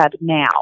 now